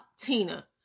Tina